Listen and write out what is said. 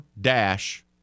dash